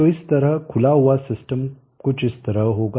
तो इस तरह खुला हुआ सिस्टम कुछ इस तरह होगा